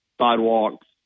sidewalks